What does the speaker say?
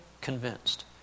convinced